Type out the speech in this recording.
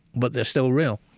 but they're still real